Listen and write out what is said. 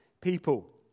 people